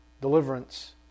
deliverance